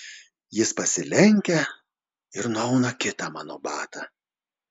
jis pasilenkia ir nuauna kitą mano batą